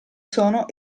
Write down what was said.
sono